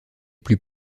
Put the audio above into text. plus